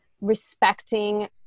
respecting